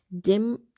dim